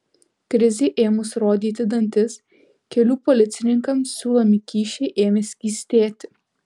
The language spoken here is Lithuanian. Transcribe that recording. krizei ėmus rodyti dantis kelių policininkams siūlomi kyšiai ėmė skystėti